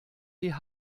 wie